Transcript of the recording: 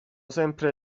sempre